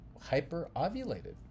hyper-ovulated